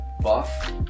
buff